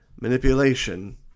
manipulation